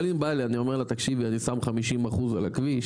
אבל אם אני בא אליה ואומר לה תקשיבי אני שם 50% על הכביש,